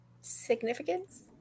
significance